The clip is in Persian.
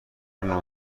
نوع